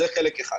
זה חלק אחד.